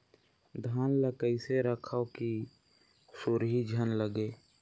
धान ल कइसे रखव कि सुरही झन लगे?